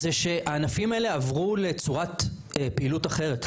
זה שהענפים האלה עברו לצורת פעילות אחרת,